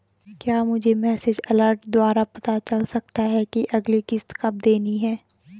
क्या मुझे message alert द्वारा पता चल सकता कि अगली किश्त कब देनी है?